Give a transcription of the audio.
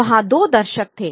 वहाँ दो दर्शक थे